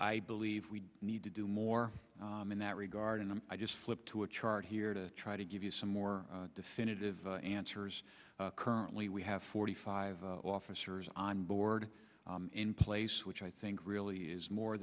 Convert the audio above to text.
i believe we need to do more in that regard and i just flipped to a chart here to try to give you some more definitive answers currently we have forty five officers on board in place which i think really is more